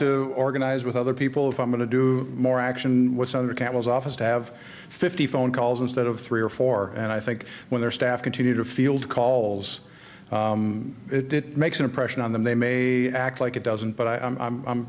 to organize with other people if i'm going to do more action on the camels office to have fifty phone calls instead of three or four and i think when their staff continue to field calls it makes an impression on them they may act like it doesn't but i'm i'm